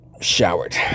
showered